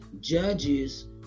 Judges